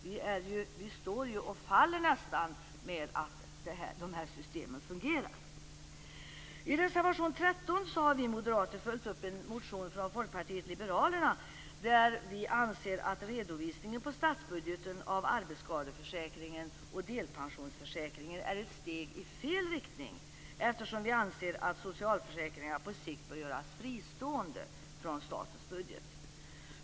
Vi nästan står och faller ju med att de här systemen fungerar. I reservation 13 har vi moderater följt upp en motion från Folkpartiet liberalerna. Vi anser att redovisningen i statsbudgeten av arbetsskadeförsäkringen och delpensionsförsäkringen är ett steg i fel riktning, eftersom vi anser att socialförsäkringarna på sikt bör göras fristående från statens budget.